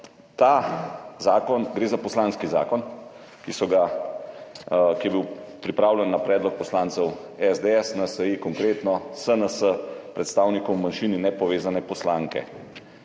nikakršen. Gre za poslanski zakon, ki je bil pripravljen na predlog poslancev SDS, NSi, Konkretno, SNS, predstavnikov manjšin in nepovezane poslanke.